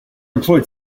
employed